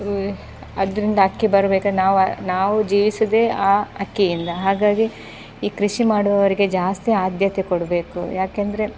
ಅದರಿಂದ ಅಕ್ಕಿ ಬರಬೇಕು ನಾವು ನಾವು ಜೀವಿಸೋದೆ ಆ ಅಕ್ಕಿಯಿಂದ ಹಾಗಾಗಿ ಈ ಕೃಷಿ ಮಾಡುವವರಿಗೆ ಜಾಸ್ತಿ ಆದ್ಯತೆ ಕೊಡಬೇಕು ಯಾಕೆಂದರೆ